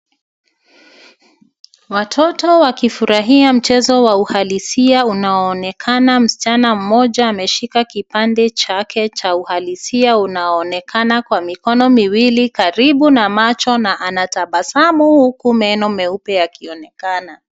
Watoto wakifurahia mchezo wa uhalisia unaoonekana msichana mmoja ameshika kipande chake cha uhalisia unaoonekana kwa mikono miwili karibu na macho na anatabasamu huku meno meupe yakionekana.